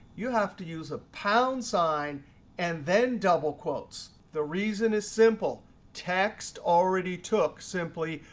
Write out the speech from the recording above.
you have to use a pound sign and then double quotes. the reason is simple text already took simply,